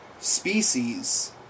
species